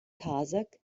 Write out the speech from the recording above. kazakh